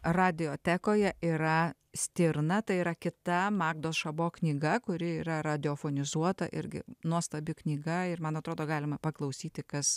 radiotekoje yra stirna tai yra kita magdos šabo knyga kuri yra radiofonizuota irgi nuostabi knyga ir man atrodo galima paklausyti kas